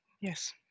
Yes